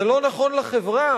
זה לא נכון לחברה,